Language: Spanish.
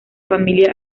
familia